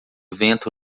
vento